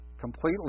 completely